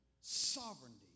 sovereignty